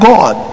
God